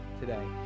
today